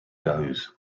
goes